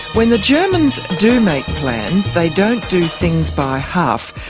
when the germans do make plans, they don't do things by half.